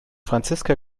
franziska